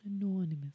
Anonymous